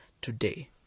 today